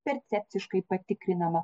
percepciškai patikrinama